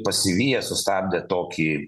pasiviję sustabdę tokį